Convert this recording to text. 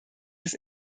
des